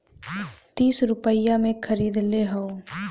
तीस रुपइया मे खरीदले हौ